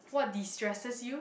what destresses you